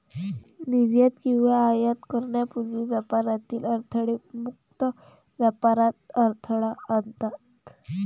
निर्यात किंवा आयात करण्यापूर्वी व्यापारातील अडथळे मुक्त व्यापारात अडथळा आणतात